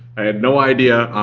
i had no idea.